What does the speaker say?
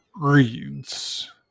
reads